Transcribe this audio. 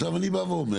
עכשיו אני בא ואומר,